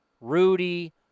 Rudy